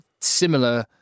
similar